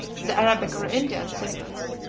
the arabic or indian ciphers,